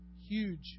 Huge